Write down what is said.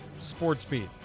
Sportsbeat